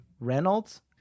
Reynolds